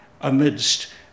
amidst